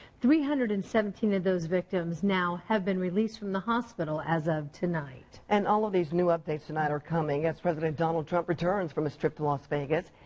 three hundred and seventeen of those victims now have been released from the hospital as of tonight. and all of these new updates tonight are coming as donald trump returns from his trip to las vegas.